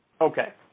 Okay